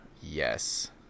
Yes